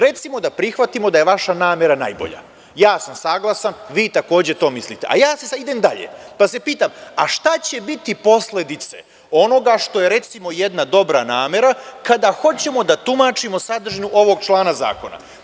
Recimo, da prihvatimo da je vaša namera najbolja, ja sam saglasan, vi takođe to mislite, a ja idem dalje, pa se pitam – a šta će biti posledice onoga što je, recimo, jedna dobra namera, kada hoćemo da tumačimo sadržinu ovog člana zakona?